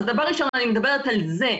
דבר ראשון אני מדברת על זה.